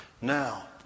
Now